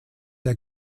der